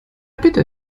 bitte